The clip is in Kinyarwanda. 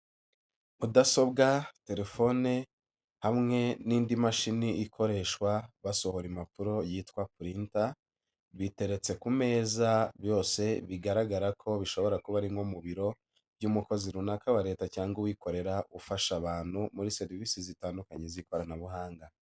Mudasobwa, telefone hamwe n'indi mashini ikoreshwa basohora impapuro yitwa printer, biteretse ku meza yose bigaragara ko bishobora kuba ari nko mu biro by'umukozi runaka wa Leta cyangwa uwikorera, ufasha abantu muri serivisi zitandukanye z'ikoranabuhanga.